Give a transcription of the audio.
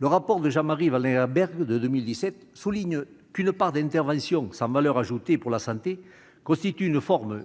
le rapport de Jean-Marie Vanlerenberghe de 2017 souligne qu'une part d'interventions sans valeur ajoutée pour la santé constitue une forme de